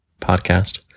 podcast